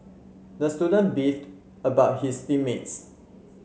the student beefed about his team mates